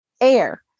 air